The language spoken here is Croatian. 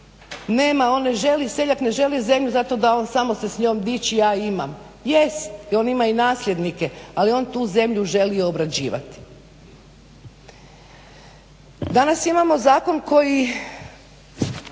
Nema, on ne želi. Seljak ne želi zemlju zato da on samo se s njom diči ja imam. Jest, on ima i nasljednike ali on tu zemlju želi obrađivati. Danas imamo zakon koji